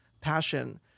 passion